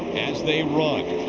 as they run,